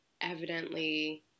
evidently